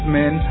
men